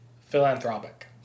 philanthropic